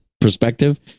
perspective